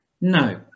no